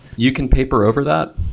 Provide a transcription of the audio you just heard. you can paper over that,